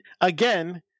again